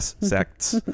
sects